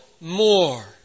more